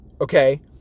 Okay